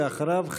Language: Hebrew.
ואחריו,